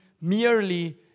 merely